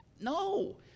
No